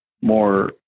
more